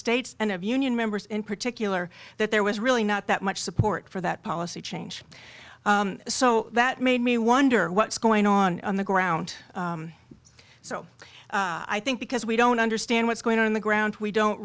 states and of union members in particular that there was really not that much support for that policy change so that made me wonder what's going on on the ground so i think because we don't understand what's going on in the ground we don't